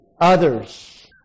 Others